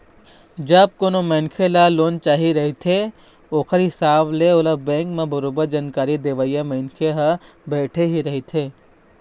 जब कोनो मनखे ल लोन चाही रहिथे ओखर हिसाब ले ओला बेंक म बरोबर जानकारी देवइया मनखे ह बइठे ही रहिथे